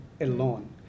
alone